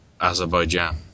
Azerbaijan